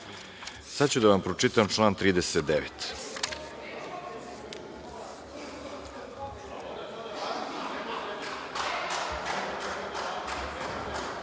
ću da vam pročitam član 39.